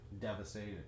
devastated